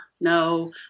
no